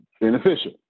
beneficial